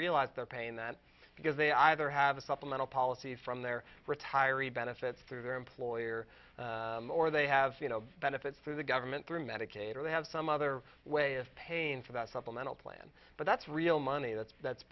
realize they're paying that because they either have a supplemental policy from their retirees benefits through their employer or they have benefits through the government through medicaid or they have some other way of paying for that supplemental plan but that's real money that's that's